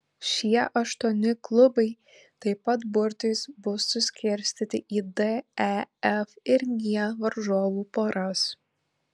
šie aštuoni klubai taip pat burtais bus suskirstyti į d e f ir g varžovų poras